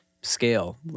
scale